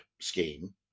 scheme